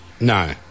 No